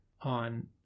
on